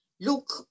Look